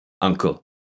uncle